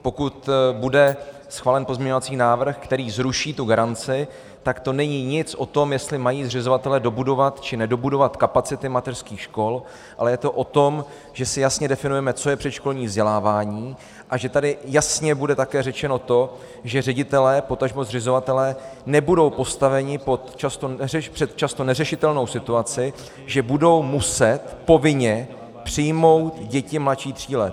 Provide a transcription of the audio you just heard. Pokud bude schválen pozměňovací návrh, který zruší tu garanci, tak to není nic o tom, jestli mají zřizovatelé dobudovat či nedobudovat kapacity mateřských škol, ale je to o tom, že si jasně definujeme, co je předškolní vzdělávání, a že tady jasně bude také řečeno to, že ředitelé, potažmo zřizovatelé nebudou postaveni před často neřešitelnou situaci, že budou muset povinně přijmout děti mladší tří let.